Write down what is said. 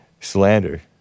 Slander